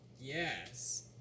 Yes